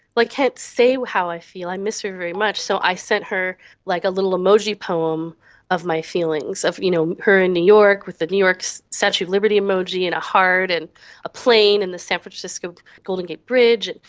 like can't say how i feel, i miss her very much, so i sent her like a little emoji poem of my feelings, of you know her in new york with the new york so statue of liberty emoji, and a heart and a plane and the san francisco golden gate bridge.